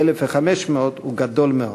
כ-1,500, הוא גדול מאוד.